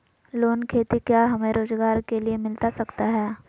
Loan खेती क्या हमें रोजगार के लिए मिलता सकता है?